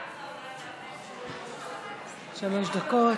שלוש דקות.